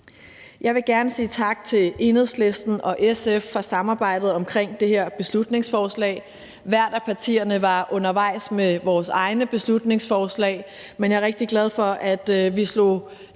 Jeg vil gerne sige tak til Enhedslisten og SF for samarbejdet omkring det her beslutningsforslag. I hvert af partierne var vi undervejs med vores egne beslutningsforslag, men jeg er rigtig glad for, at vi slog